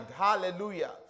Hallelujah